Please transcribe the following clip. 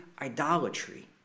idolatry